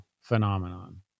phenomenon